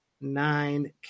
nine